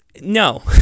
No